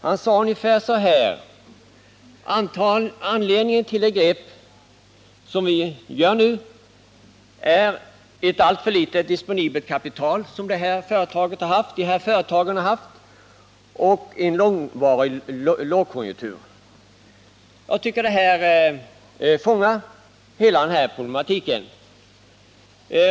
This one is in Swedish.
Han sade ungefär följande: Anledningen till det grepp som vi nu tar är att dessa företag har haft ett alltför litet disponibelt kapital och varit utsatta för en långvarig lågkonjunktur. Detta fångar hela den här problematiken.